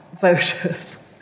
voters